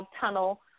tunnel